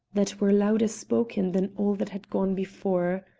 that were louder spoken than all that had gone before.